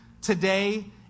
today